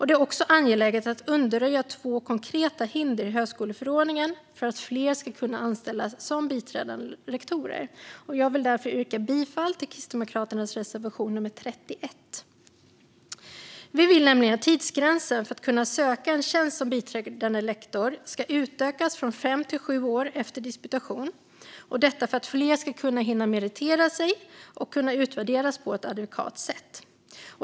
Det är också angeläget att undanröja två konkreta hinder i högskoleförordningen för att fler ska kunna anställas som biträdande lektorer. Jag vill därför yrka bifall till Kristdemokraternas reservation nummer 31. Vi vill att tidsgränsen för att kunna söka en tjänst som biträdande lektor ska utökas från fem till sju år efter disputation - detta för att fler ska hinna meritera sig och kunna utvärderas på ett adekvat sätt.